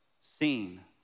seen